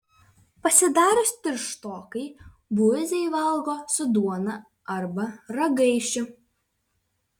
pasidarius tirštokai buizai valgo su duona arba ragaišiu